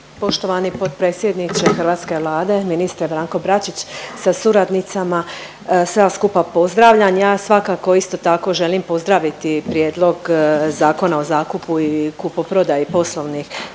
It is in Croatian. Poštovani potpredsjedniče hrvatske Vlade, ministre Branko Bačić sa suradnicima sve vas skupa pozdravljam. Ja svakako isto tako želim pozdraviti prijedlog Zakona o zakupu i kupoprodaji poslovnih